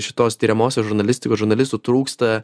šitos tiriamosios žurnalistikos žurnalistų trūksta